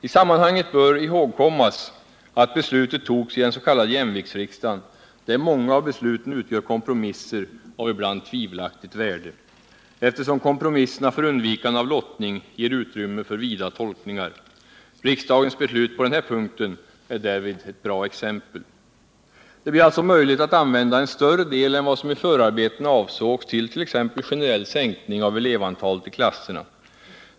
I sammanhanget bör ihågkommas att beslutet togs i den s.k. jämviktsriksdagen, där många av besluten utgör kompromisser av ibland tvivelaktigt värde, eftersom kompromisserna för undvikande av lottning ger utrymme för vida tolkningar. Riksdagens beslut på denna punkt är därvid ett bra exempel. Det blir alltså möjligt att använda en större del än vad som i förarbetena avsågs till t.ex. generell sänkning av elevantalet i klasserna.